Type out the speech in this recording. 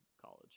college